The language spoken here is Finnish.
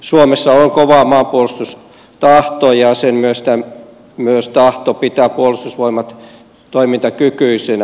suomessa on kova maanpuolustustahto ja myös tahto pitää puolustusvoimat toimintakykyisenä